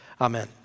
Amen